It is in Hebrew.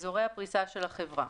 "אזורי הפריסה של החברה"